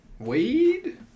Weed